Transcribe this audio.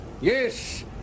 Yes